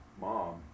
mom